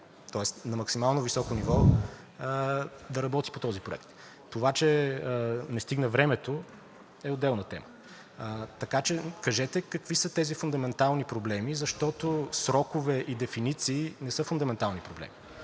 тоест на максимално високо ниво, да работи по този проект. Това, че не стигна времето, е отделна тема. Така че, кажете какви са тези фундаментални проблеми, защото срокове и дефиниции не са фундаментални проблеми.